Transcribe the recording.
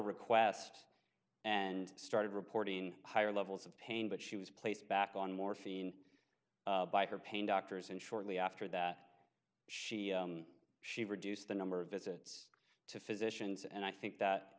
request and started reporting higher levels of pain but she was placed back on morphine by her pain doctors and shortly after that she she reduce the number of visits to physicians and i think that